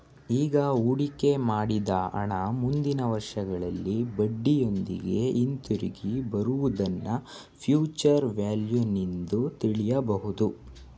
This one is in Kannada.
ಈಗ ಹೂಡಿಕೆ ಮಾಡಿದ ಹಣ ಮುಂದಿನ ವರ್ಷಗಳಲ್ಲಿ ಬಡ್ಡಿಯೊಂದಿಗೆ ಹಿಂದಿರುಗಿ ಬರುವುದನ್ನ ಫ್ಯೂಚರ್ ವ್ಯಾಲ್ಯೂ ನಿಂದು ತಿಳಿಯಬಹುದು